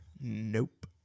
Nope